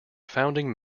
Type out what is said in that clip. founding